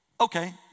Okay